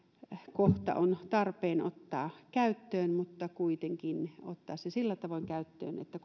kohta on tarpeen ottaa käyttöön se kuitenkin otetaan käyttöön sillä tavoin että